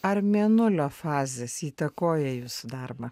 ar mėnulio fazės įtakoja jūsų darbą